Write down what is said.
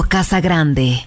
Casagrande